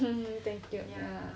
thank you